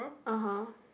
(uh huh)